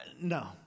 no